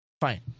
Fine